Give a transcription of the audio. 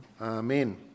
Amen